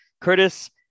Curtis